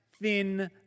thin